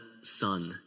Son